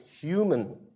human